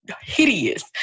hideous